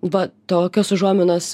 va tokios užuominos